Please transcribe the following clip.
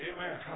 Amen